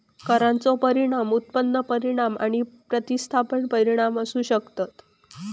करांचो परिणाम उत्पन्न परिणाम आणि प्रतिस्थापन परिणाम असू शकतत